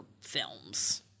films